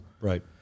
Right